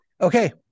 Okay